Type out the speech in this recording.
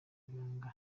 ibanga